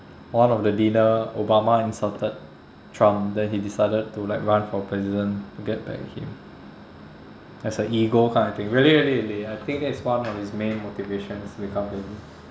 one of the dinner obama insulted trump then he decided to like run for president to get back at him as a ego kind of thing really really really I think that's one of his main motivations to become president